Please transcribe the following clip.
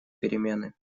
перемены